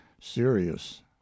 serious